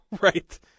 right